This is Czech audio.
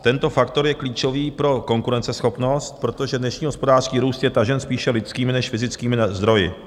Tento faktor je klíčový pro konkurenceschopnost, protože dnešní hospodářský růst je tažen spíše lidskými než fyzickými zdroji.